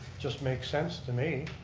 just makes sense to me.